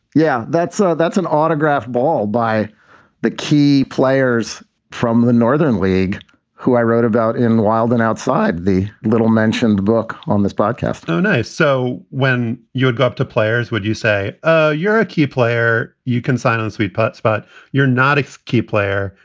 yeah, that's so that's an autographed ball by the key players from the northern league who i wrote about in the wild and outside the little mentioned book on this broadcast oh, nice. so when you would go up to players, would you say ah you're a key player? you can sign on sweet putts, but you're not a key player.